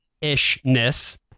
ishness